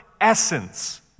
essence